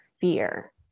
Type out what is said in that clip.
fear